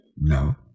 No